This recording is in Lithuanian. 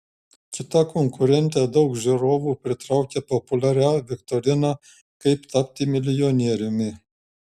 kita konkurentė daug žiūrovų pritraukia populiaria viktorina kaip tapti milijonieriumi